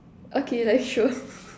okay like sure